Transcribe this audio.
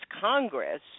Congress